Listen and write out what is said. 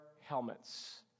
helmets